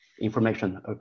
information